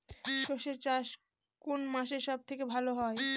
সর্ষে চাষ কোন মাসে সব থেকে ভালো হয়?